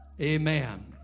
Amen